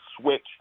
switch